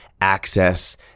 access